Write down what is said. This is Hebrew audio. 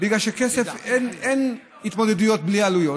בגלל שאין התמודדויות בלי עלויות,